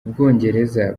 bwongereza